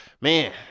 man